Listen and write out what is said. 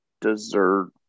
dessert